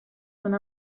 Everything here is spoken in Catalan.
són